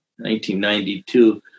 1992